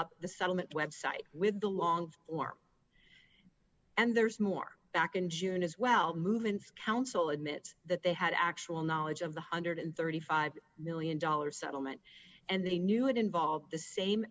up the settlement website with the long form and there's more back in june as well movements council admit that they had actual knowledge of the one hundred and thirty five million dollars settlement and they knew it involved the same